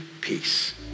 peace